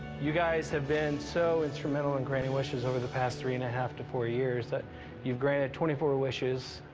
you guys have been so instrumental in granting wishes over the past three and a half to four years that you've granted twenty four wishes,